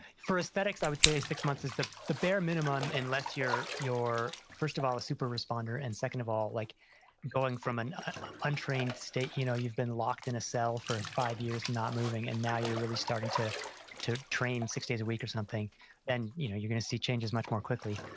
for aesthetics, i would say six months is the the bare minimum unless you're first of all a super responder and second of all, like going from an untrained state. you know you've been locked in a cell for five years, not moving and now you're really starting to to train six days a week or something and you know you're going to see changes much more quickly.